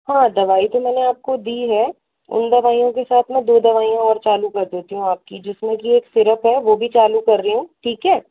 हाँ दवाई तो मैंने आपको दी है उन दवाईयों के साथ ना दो दवाईयां और चालू कर देती हूँ आपकी जिसमें की एक सिरप है वो भी चालू कर रही हूँ ठीक है